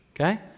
okay